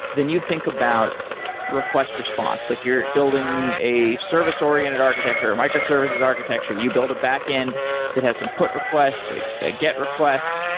then you think about request response. like you're building a service-oriented architecture, or microservices architecture and you build a back-end that has some put request, like ah get request,